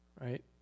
right